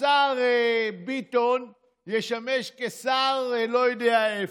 השר ביטון ישמש כשר לא יודע איפה.